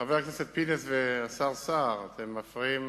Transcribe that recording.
חבר הכנסת פינס והשר סער, אתם מפריעים